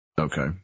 Okay